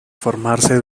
formarse